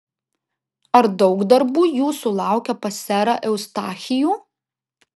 ar daug darbų jūsų laukia pas serą eustachijų